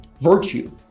virtue